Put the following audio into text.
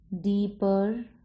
deeper